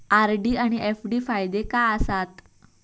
RD आनि FD फायदे काय आसात?